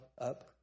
up